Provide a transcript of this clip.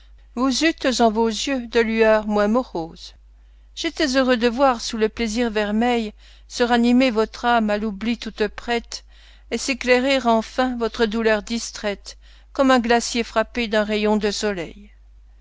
vous eûtes en vos yeux des lueurs moins moroses j'étais heureux de voir sous le plaisir vermeil se ranimer votre âme à l'oubli toute prête et s'éclairer enfin votre douleur distraite comme un glacier frappé d'un rayon de soleil